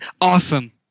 Awesome